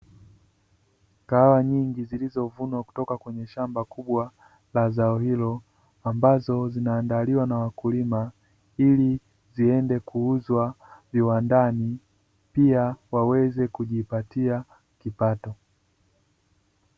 Kahawa nyingi zilizovunwa kutoka kwenye shamba kubwa la zao hilo ambazo zinaandaliwa na wakulima ili ziende kuuzwa kiwandani pia waweze kujipatia kipato.